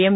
M